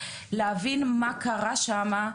להבין מה קרה שם,